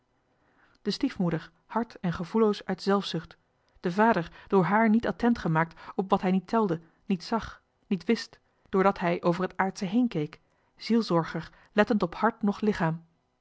de stiefmoeder hard en gevoelloos door zelfzucht de vader door haar niet attent gemaakt op wat hij niet telde niet zag niet wist doordat hij over het aardsche heen keek zielzorger lettend op hart noch lichaam